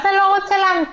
מה זה לא רוצה להמתין?